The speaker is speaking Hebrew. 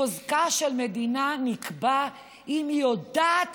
חוזקה של מדינה נקבע לפי אם היא יודעת